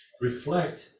reflect